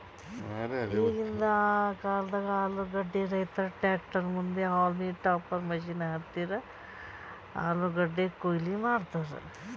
ಈಗಿಂದ್ ಕಾಲ್ದ ಆಲೂಗಡ್ಡಿ ರೈತುರ್ ಟ್ರ್ಯಾಕ್ಟರ್ ಮುಂದ್ ಹೌಲ್ಮ್ ಟಾಪರ್ ಮಷೀನ್ ಹಚ್ಚಿ ಆಲೂಗಡ್ಡಿ ಕೊಯ್ಲಿ ಮಾಡ್ತರ್